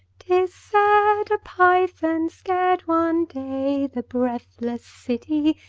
tis said, a python scared one day the breathless city,